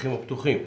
בשטחים הפתוחים.